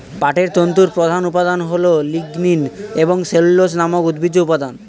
পাটের তন্তুর প্রধান উপাদান হল লিগনিন এবং সেলুলোজ নামক উদ্ভিজ্জ উপাদান